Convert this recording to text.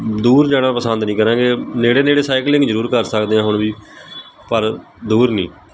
ਦੂਰ ਜਾਣਾ ਪਸੰਦ ਨਹੀਂ ਕਰਾਂਗੇ ਨੇੜੇ ਨੇੜੇ ਸਾਈਕਲਿੰਗ ਜ਼ਰੂਰ ਕਰ ਸਕਦੇ ਹਾਂ ਹੁਣ ਵੀ ਪਰ ਦੂਰ ਨਹੀਂ